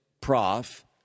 prof